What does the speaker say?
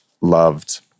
loved